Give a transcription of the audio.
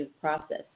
process